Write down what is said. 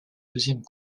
deuxième